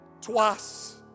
Twice